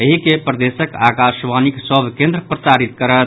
एहि के प्रदेशक आकाशवाणीक सभ केन्द्र प्रसारित करत